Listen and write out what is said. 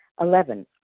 Eleven